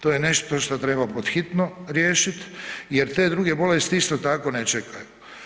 To je nešto što treba pod hitno riješiti jer te druge bolesti isto tako ne čekaju.